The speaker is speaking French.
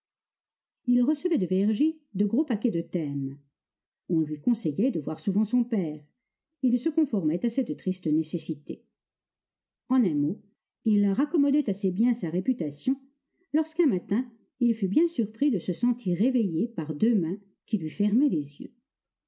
il recevait de vergy de gros paquets de thèmes on lui conseillait de voir souvent son père il se conformait à cette triste nécessité en un mot il raccommodait assez bien sa réputation lorsqu'un matin il fut bien surpris de se sentir réveiller par deux mains qui lui fermaient les yeux